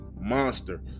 monster